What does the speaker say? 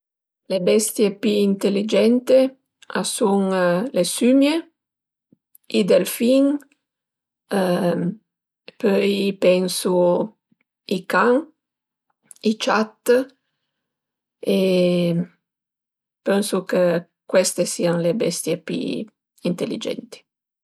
Le bestie pi inteligente a sun le sümie, in delfin põi pensu i can, i ciat e pënsu chë queste sian le bestie pi inteligenti